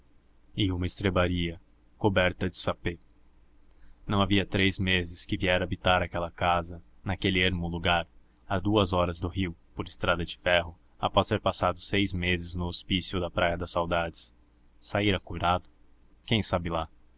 e uma estrebaria coberta de sapê não havia três meses que viera habitar aquela casa naquele ermo lugar a duas horas do rio por estrada de ferro após ter passado seis meses no hospício da praia das saudades saíra curado quem sabe lá